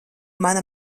mana